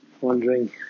wondering